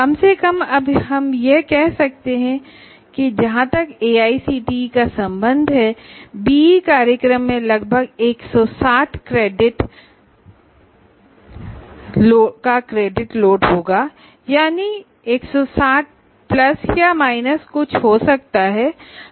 कम से कम अब हम कह सकते हैं कि जहां तक एआईसीटीई का संबंध है बीई प्रोग्राम में लगभग 160 क्रेडिट का क्रेडिट लोड होगा यानी यह 160 प्लस या माइनस कुछ हो सकता है